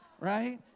right